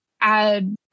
add